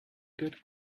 good